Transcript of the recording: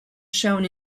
shown